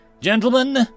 Gentlemen